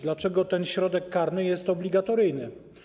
Dlaczego ten środek karny jest obligatoryjny?